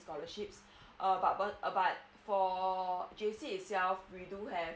scholarship err but bur err but for J_C itself we do have